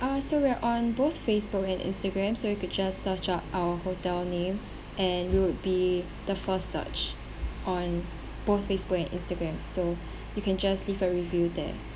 uh so we are on both facebook and instagram so you could just search up our hotel name and it will be the first search on both facebook and instagram so you can just leave a review there